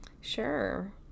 Sure